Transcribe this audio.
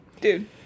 Dude